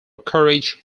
courage